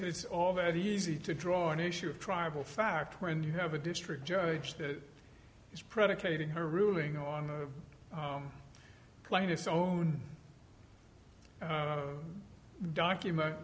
it's all that easy to draw an issue of tribal fact when you have a district judge that is predicated her ruling on the plaintiff's own documents